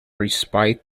respite